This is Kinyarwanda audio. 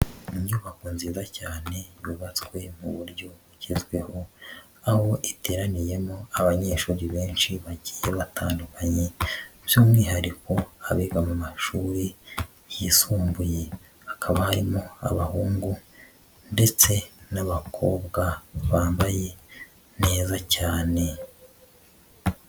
Inyubako nziza cyane yubatswe mu buryo bugezweho, aho iteraniyemo abanyeshuri benshi bagiye batandukanye, by'umwihariko abiga mu mashuri yisumbuye. Hakabamo abahungu ndetse n'abakobwa bambaye neza cyane.